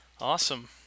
Awesome